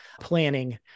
planning